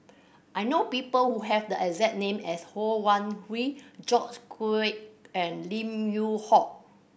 I know people who have the exact name as Ho Wan Hui George Quek and Lim Yew Hock